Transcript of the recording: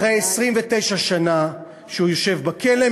אחרי 29 שנה שהוא יושב בכלא,